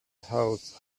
house